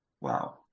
Wow